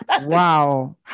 Wow